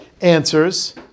answers